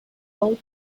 boat